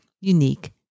unique